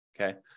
Okay